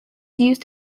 used